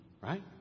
Right